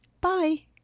Bye